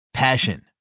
Passion